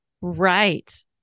Right